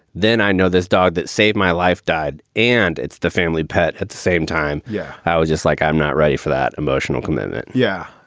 then i know this dog that saved my life died. and it's the family pet at the same time. yeah. i was just like, i'm not ready for that emotional comment yeah,